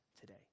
today